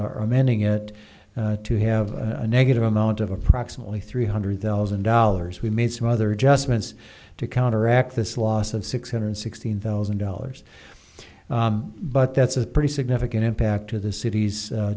are amending it to have a negative amount of approximately three hundred thousand dollars we made some other adjustments to counteract this loss of six hundred sixteen thousand dollars but that's a pretty significant impact to the cit